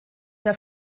der